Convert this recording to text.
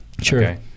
sure